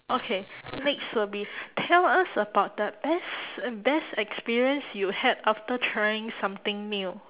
okay next will be tell us about the best um best experience you had after trying something new